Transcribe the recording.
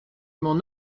m’en